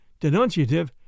denunciative